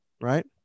right